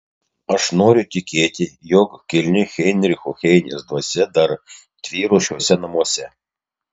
aš noriu tikėti jog kilni heinricho heinės dvasia dar tvyro šiuose namuose